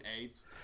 AIDS